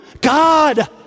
God